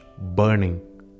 burning